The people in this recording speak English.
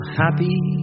happy